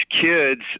kids